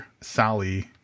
Sally